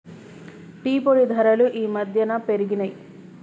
tea పొడి ధరలు ఈ మధ్యన పెరిగినయ్